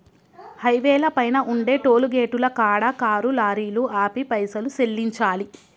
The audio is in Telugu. హైవేల పైన ఉండే టోలుగేటుల కాడ కారు లారీలు ఆపి పైసలు సెల్లించాలి